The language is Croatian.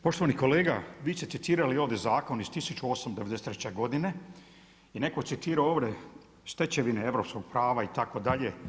Poštovani kolega, vi ste citirali ovdje zakon iz 1893. godine, i netko je citirao ovdje stečevine europskog prava itd.